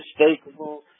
unmistakable